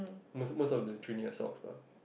most most of the junior asocs lah